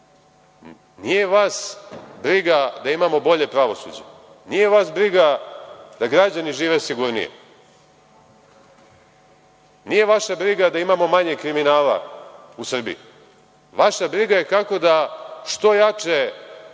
vas briga da imamo bolje pravosuđe. Nije vas briga da građani žive sigurnije. Nije vaša briga da imamo manje kriminala u Srbiji. Vaša briga je kako da što jače